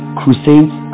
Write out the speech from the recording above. crusades